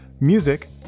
music